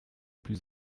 plus